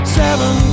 seven